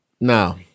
Now